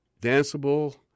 danceable